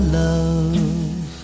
love